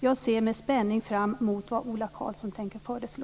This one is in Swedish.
Jag ser med spänning fram emot vad Ola Karlsson tänker föreslå.